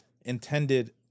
intended